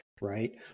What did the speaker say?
right